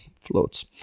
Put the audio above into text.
Floats